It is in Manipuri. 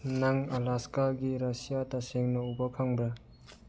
ꯅꯪ ꯑꯂꯥꯁꯀꯥꯒꯤ ꯔꯁꯤꯌꯥ ꯇꯁꯦꯡꯅ ꯎꯕ ꯐꯪꯕ꯭ꯔ